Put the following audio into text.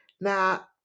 now